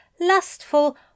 lustful